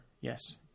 Yes